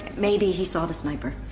maybe he saw the sniper.